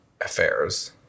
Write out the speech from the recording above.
affairs